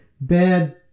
bad